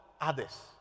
others